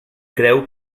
creu